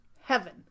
Heaven